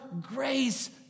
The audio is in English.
grace